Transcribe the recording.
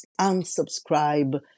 unsubscribe